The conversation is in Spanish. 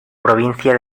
provincia